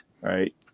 right